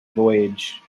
voyage